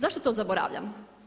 Zašto to zaboravljamo?